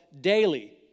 daily